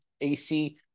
AC